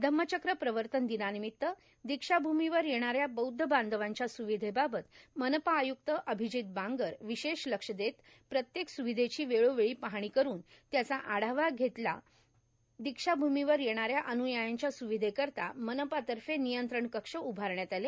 धम्मचक्र प्रवर्तन दिनानिमित्त दीक्षाभूमीवर येणा या बौद्ध बांधवांच्या सुविधेबाबत मनपा आयुक्त अभिजीत बांगर विशेष लक्ष देत प्रत्येक स्विधेची वेळोवेळी पाहणी करुन त्याचा आढावा घेतला दीक्षाभूमीवर येणा या अन्यायांच्या सुविधेकरीता मनपातर्फे नियंत्रण कक्ष उभारण्यात आले